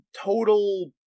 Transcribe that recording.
total